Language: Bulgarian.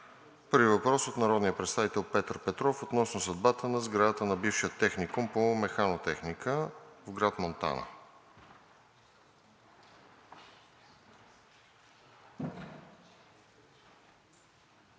Първи въпрос от народния представител Петър Петров относно съдбата на сградата на бившия Техникум по механотехника в град Монтана.